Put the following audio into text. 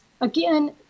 Again